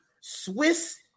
Swiss